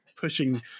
pushing